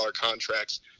contracts